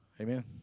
Amen